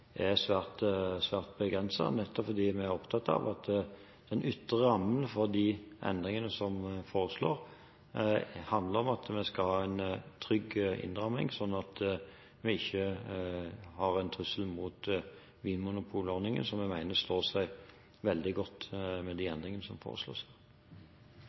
er svært begrenset, nettopp fordi vi er opptatt av at den ytre rammen for de endringene som vi foreslår, handler om at vi skal ha en trygg innramming, slik at vi ikke har en trussel mot vinmonopolordningen, som vi mener står seg veldig godt med de endringene som foreslås.